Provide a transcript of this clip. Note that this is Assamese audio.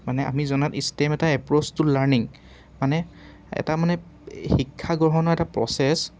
মানে আমি জনাত ষ্টেম এটা এপ্ৰ'চ টু লাৰ্ণিং মানে এটা মানে শিক্ষা গ্ৰহণৰ এটা প্ৰচেছ